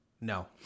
No